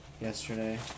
yesterday